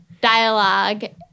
dialogue